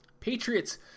Patriots